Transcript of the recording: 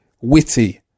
witty